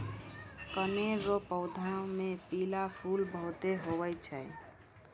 कनेर रो पौधा मे पीला फूल बहुते हुवै छै